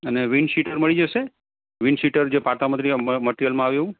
અને windcheater મળી જશે વિન્ડ શીટરજે પાટામટેરીઅલ અ મટેરીઅલ માં આવે એવું